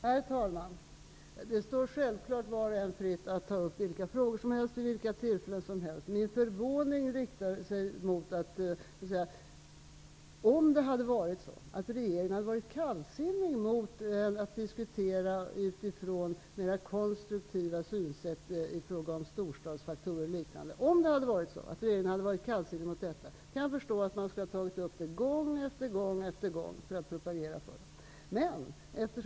Herr talman! Det står självfallet var och en fritt att ta upp vilka frågor som helst vid vilket tillfälle som helst. Min förvåning gällde någonting annat: Om regeringen hade ställt sig kallsinnig till att diskutera utifrån mera konstruktiva synsätt i fråga om storstadsfaktorer och liknande skulle jag ha haft förståelse för att man hade tagit upp det gång efter gång för att propagera för det.